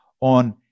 on